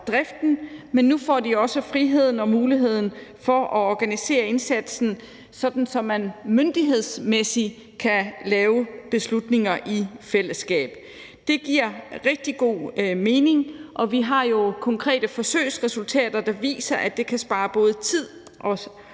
driften, men nu får de også friheden til og muligheden for at organisere indsatsen, sådan at man myndighedsmæssigt kan træffe beslutninger i fællesskab. Det giver rigtig god mening, og vi har jo konkrete forsøgsresultater, der viser, at det kan spare både tid og